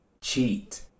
cheat